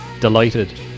delighted